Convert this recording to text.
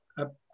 up